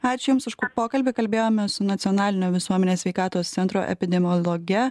ačiū jums už pokalbį kalbėjomės su nacionalinio visuomenės sveikatos centro epidemiologe